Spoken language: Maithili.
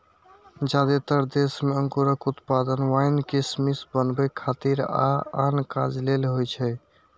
जादेतर देश मे अंगूरक उत्पादन वाइन, किशमिश बनबै खातिर आ आन काज लेल होइ छै